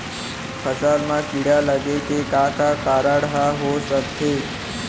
फसल म कीड़ा लगे के का का कारण ह हो सकथे?